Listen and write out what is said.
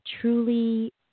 truly